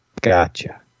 Gotcha